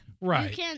Right